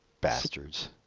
Bastards